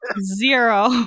zero